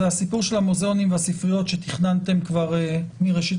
זה הסיפור של המוזיאונים והספריות שתכננתם כבר מראשית